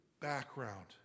background